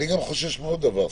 אני גם חושש מעוד דבר.